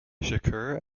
shakur